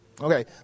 Okay